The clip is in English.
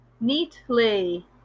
Neatly